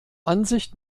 ansicht